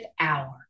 hour